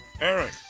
Eric